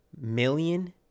million